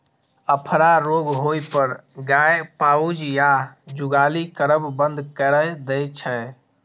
अफरा रोग होइ पर गाय पाउज या जुगाली करब बंद कैर दै छै